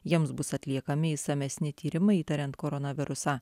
jiems bus atliekami išsamesni tyrimai įtariant koronavirusą